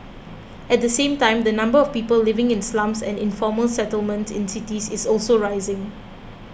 at the same time the number of people living in slums and informal settlements in cities is also rising